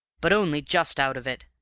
but only just out of it,